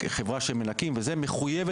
חברה של מנקים וכו' מחויב,